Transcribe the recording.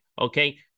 Okay